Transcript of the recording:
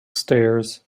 stairs